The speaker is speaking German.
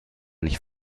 nicht